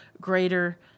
greater